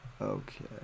okay